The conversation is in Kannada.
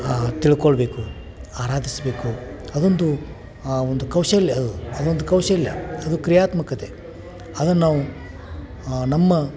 ತಿಳ್ಕೊಳ್ಳಬೇಕು ಆರಾಧಿಸಬೇಕು ಅದೊಂದು ಆ ಒಂದು ಕೌಶಲ್ಯ ಅದೊಂದು ಕೌಶಲ್ಯ ಅದು ಕ್ರಿಯಾತ್ಮಕತೆ ಅದನ್ನು ನಾವು ನಮ್ಮ